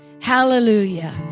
Hallelujah